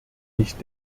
nicht